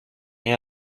rien